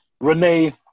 Renee